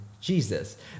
Jesus